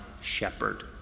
shepherd